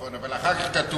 נכון, אבל אחר כך כתוב: